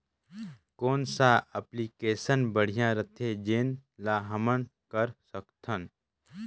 कौन सा एप्लिकेशन बढ़िया रथे जोन ल हमन कर सकथन?